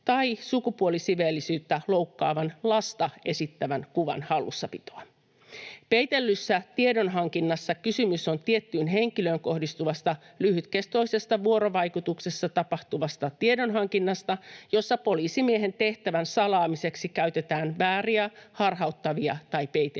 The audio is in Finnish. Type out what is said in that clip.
tai sukupuolisiveellisyyttä loukkaavan lasta esittävän kuvan hallussapitoa. Peitellyssä tiedonhankinnassa kysymys on tiettyyn henkilöön kohdistuvasta lyhytkestoisessa vuorovaikutuksessa tapahtuvasta tiedonhankinnasta, jossa poliisimiehen tehtävän salaamiseksi käytetään vääriä, harhauttavia tai peiteltyjä tietoja.